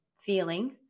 feeling